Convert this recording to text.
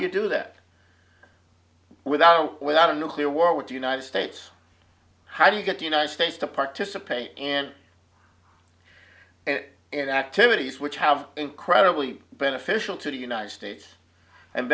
you do that without without a nuclear war with the united states how do you get the united states to participate and in activities which have incredibly beneficial to the united states and